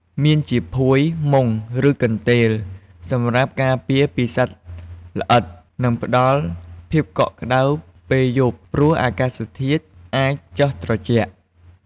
មានជាភួយ មុង ឬកន្ទេល សម្រាប់ការពារពីសត្វល្អិត និងផ្តល់ភាពកក់ក្តៅពេលយប់ ព្រោះអាកាសធាតុអាចចុះត្រជាក់។